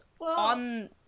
on